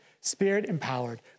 spirit-empowered